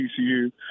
TCU